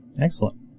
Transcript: Excellent